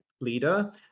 leader